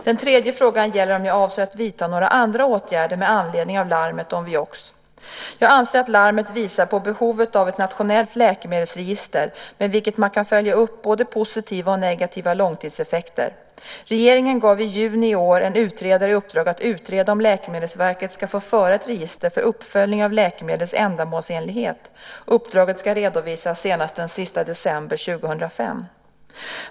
Den tredje frågan gäller om jag avser att vidta några andra åtgärder med anledning av larmet om Vioxx. Jag anser att larmet visar på behovet av ett nationellt läkemedelsregister med vilket man kan följa upp både positiva och negativa långtidseffekter. Regeringen gav i juni i år en utredare i uppdrag att utreda om Läkemedelsverket ska få föra ett register för uppföljning av läkemedels ändamålsenlighet. Uppdraget ska redovisas senast den 31 december 2005.